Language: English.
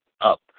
up